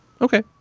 Okay